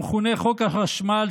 המכונה "חוק החשמל",